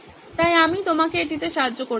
তাই আমি আপনাকে এটিতে সাহায্য করছি